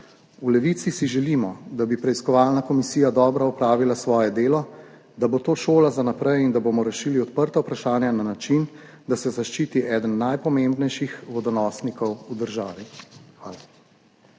V Levici si želimo, da bi preiskovalna komisija dobro opravila svoje delo, da bo to šola za naprej in da bomo rešili odprta vprašanja na način, da se zaščiti eden najpomembnejših vodonosnikov v državi.